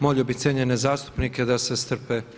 Molio bih cijenjene zastupnike da se strpe.